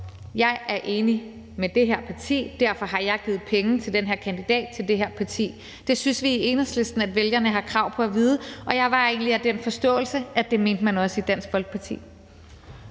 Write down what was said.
man er enig med et parti og derfor har givet penge til den her kandidat i det her parti. Det synes vi i Enhedslisten at vælgerne har krav på at vide, og jeg var egentlig af den forståelse, at det mente man også i Dansk Folkeparti.